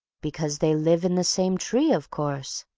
because they live in the same tree of course,